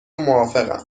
موافقم